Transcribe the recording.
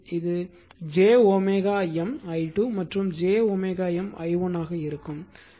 எனவே இது j wM i2 மற்றும் j wM i 1 ஆக இருக்கும்